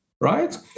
right